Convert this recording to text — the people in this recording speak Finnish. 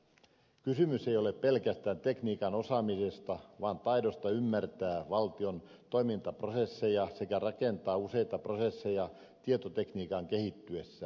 kysymys ei ole pelkästään tekniikan osaamisesta vaan taidosta ymmärtää valtion toimintaprosesseja sekä rakentaa useita prosesseja tietotekniikan kehittyessä